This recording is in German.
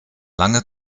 lange